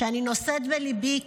כשאני נושאת בליבי כאב,